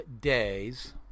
days